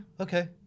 Okay